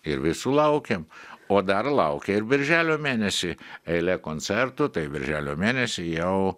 ir visų laukiam o dar laukia ir birželio mėnesį eilė koncertų tai birželio mėnesį jau